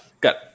got